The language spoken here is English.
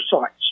sites